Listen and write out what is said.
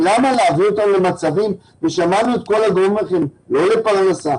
למה להביא אותם למצבים ושמענו את כל הגורמים האחרים ללא פרנסה,